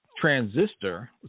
transistor